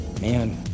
Man